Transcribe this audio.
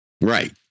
Right